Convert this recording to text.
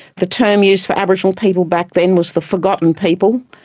the term used for aboriginal people back then was the forgotten people.